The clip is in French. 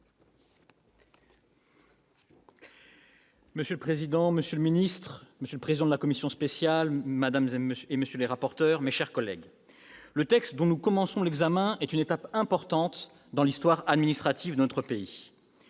Monsieur le président, monsieur le secrétaire d'État, monsieur le président de la commission spéciale, madame, monsieur les rapporteurs, mes chers collègues, le projet de loi dont nous commençons l'examen est une étape importante dans l'histoire administrative de notre pays.